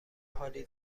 حالی